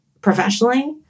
professionally